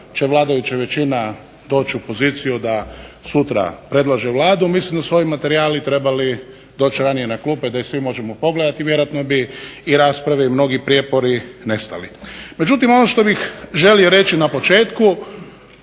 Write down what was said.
će vladajuća većina doći u poziciju da sutra predlože Vladu, mislim da su ovi materijali trebali doći ranije na klupe da ih svi možemo pogledati. Vjerojatno bi i rasprave i mnogi prijepori nestali. Međutim ono što bih želio reći na početku,